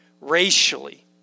racially